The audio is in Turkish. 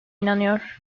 inanıyor